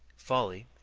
folly!